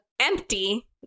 empty